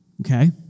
Okay